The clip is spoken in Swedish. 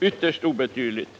ytterst obetydligt.